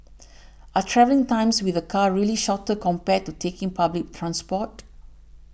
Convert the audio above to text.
are travelling times with a car really shorter compared to taking public transport